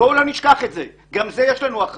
בואו לא נשכח את זה, גם על זה יש לנו אחריות.